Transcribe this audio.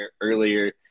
earlier